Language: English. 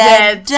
Dead